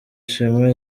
shema